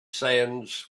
sands